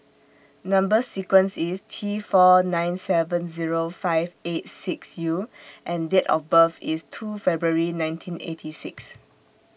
Number sequence IS T four nine seven Zero five eight six U and Date of birth IS two February nineteen eighty six